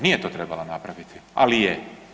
Nije to trebala napraviti ali je.